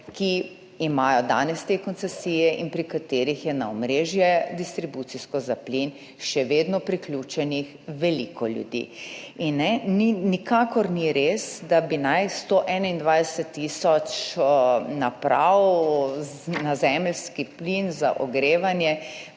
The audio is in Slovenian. ki imajo danes te koncesije in pri katerih je na distribucijsko omrežje za plin še vedno priključenih veliko ljudi. Ne, nikakor ni res, da naj bi 121 tisoč naprav na zemeljski plin za ogrevanje